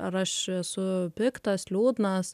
ar aš esu piktas liūdnas